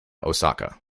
osaka